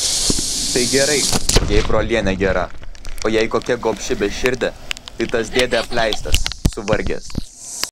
tai gerai jei brolienė gera o jei kokia gobši beširdė tai tas dėdė apleistas suvargęs